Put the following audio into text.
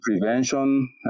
prevention